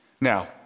Now